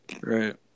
Right